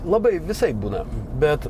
labai visaip būna bet